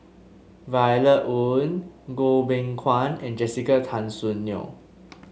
Violet Oon Goh Beng Kwan and Jessica Tan Soon Neo